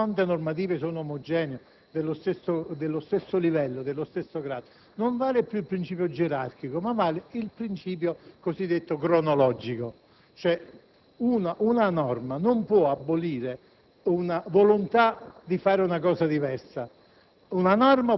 quando le fonti normative sono omogenee, dello stesso grado, non vale più il principio gerarchico ma quello cosiddetto cronologico: una norma non può abolire una volontà di fare una cosa diversa,